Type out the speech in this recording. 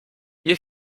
hier